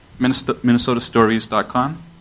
Minnesotastories.com